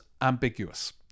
ambiguous